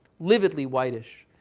lividly whitish.